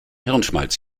hirnschmalz